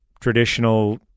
traditional